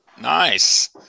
Nice